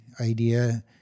idea